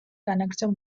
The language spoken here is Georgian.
განაგრძო